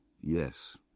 Yes